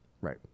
Right